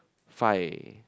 five